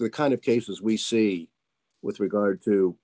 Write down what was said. the kind of cases we see with regard to